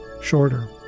shorter